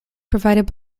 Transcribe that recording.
provided